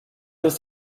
ist